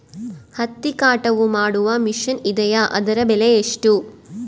ಹತ್ತಿ ಕಟಾವು ಮಾಡುವ ಮಿಷನ್ ಇದೆಯೇ ಅದರ ಬೆಲೆ ಎಷ್ಟು?